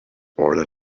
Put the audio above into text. order